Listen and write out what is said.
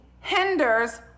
hinders